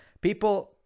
people